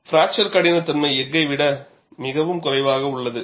fracture கடினத்தன்மை எஃகை விட மிகவும் குறைவாக உள்ளது